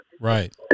Right